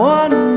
one